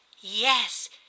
Yes